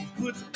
put